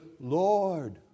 Lord